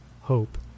Hope